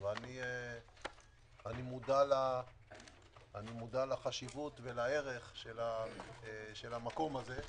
אבל אני מודע לחשיבות ולערך של המקום הזה,